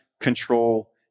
control